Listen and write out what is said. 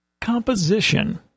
composition